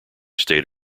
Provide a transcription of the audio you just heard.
stayed